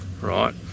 right